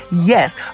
Yes